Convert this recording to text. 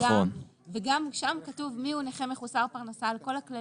גם שם כתוב מי הוא נכה מחוסר פרנסה על כל הכללים